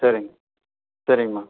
சரிங்க சரிங்கம்மா